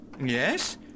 Yes